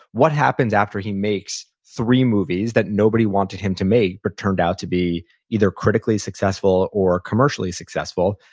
what happens after he makes three movies that nobody wanted him to make but turned out to be either critically successful or commercially successful?